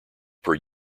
per